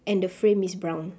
and the frame is brown